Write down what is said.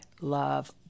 love